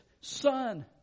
son